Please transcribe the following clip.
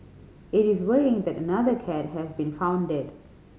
it is worrying that another cat has been found dead